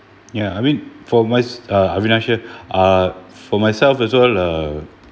ya I mean for my uh uh for myself as well uh